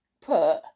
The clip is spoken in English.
put